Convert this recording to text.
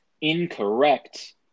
incorrect